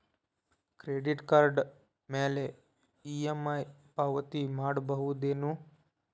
Credit card ಮ್ಯಾಲೆ EMI ಪಾವತಿ ಮಾಡ್ಬಹುದೇನು?